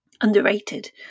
underrated